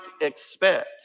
expect